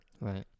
Right